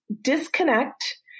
disconnect